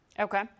Okay